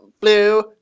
blue